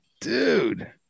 dude